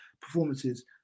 performances